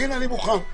הינה, אני מוכן.